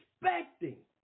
Expecting